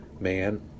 man